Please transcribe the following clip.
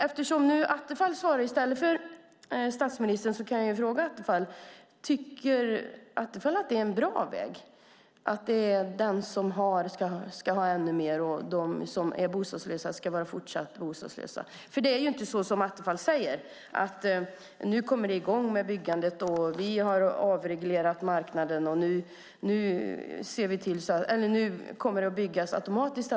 Eftersom Attefall svarar i stället för statsministern kan jag fråga om Attefall tycker att det är en bra väg att den som har ska ha ännu mer och de som är bostadslösa ska vara fortsatt bostadslösa. Det är inte som Attefall säger, att ni ska komma i gång med byggandet, att ni har avreglerat marknaden, nu kommer det att byggas automatiskt.